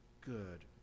good